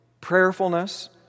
prayerfulness